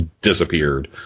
disappeared